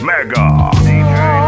Mega